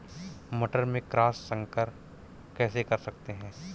मटर में क्रॉस संकर कैसे कर सकते हैं?